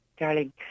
Darling